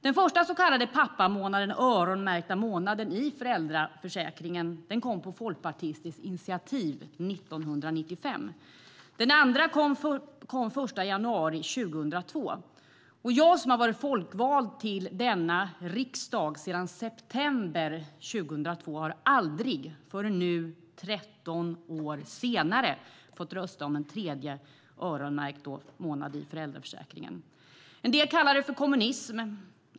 Den första svenska så kallade pappamånaden, den öronmärkta månaden i föräldraförsäkringen, kom på folkpartistiskt initiativ 1995. Den andra kom den 1 januari 2002. Jag, som har varit folkvald till denna riksdag sedan september 2002, har aldrig förrän nu - 13 år senare - fått rösta om en tredje öronmärkt månad i föräldraförsäkringen. En del kallar det kommunism.